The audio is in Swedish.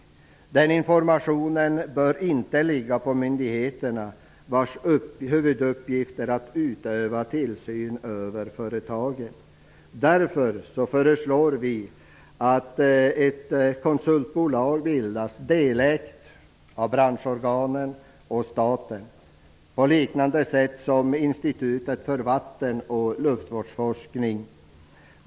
Uppgiften att informera bör inte ligga på de myndigheter vars huvuduppgift är att utöva tillsyn över företagen. Därför föreslår vi att det bildas ett konsultbolag som är delägt av branschorganen och staten. Det kan ske på liknande sätt som när det gäller Institutet för vatten och luftvårdsforskning.